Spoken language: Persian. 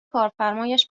کارفرمایش